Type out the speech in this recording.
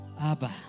Abba